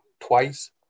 twice